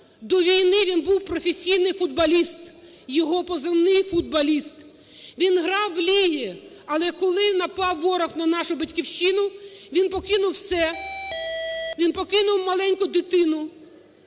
До війни він був професійний футболіст, його позивний "Футболіст". Він грав в лізі, але коли напав ворог на нашу Батьківщину, він покинув все, він покинув маленьку дитину,